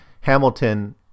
Hamilton